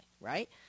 Right